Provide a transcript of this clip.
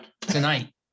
tonight